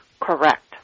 Correct